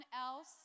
else